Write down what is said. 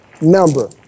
number